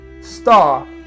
star